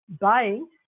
buying